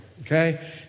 okay